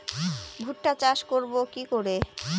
ভুট্টা চাষ করব কি করে?